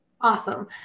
Awesome